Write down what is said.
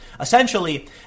Essentially